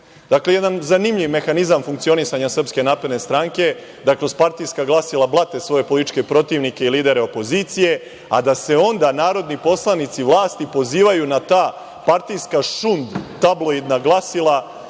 jedan zanimljiv mehanizam funkcionisanja SNS da kroz partijska glasila blate svoje političke protivnike i lidere opozicije, a da se onda narodni poslanici vlasti pozivaju na ta partijska šund tabloidna glasila,